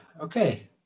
okay